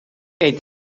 eet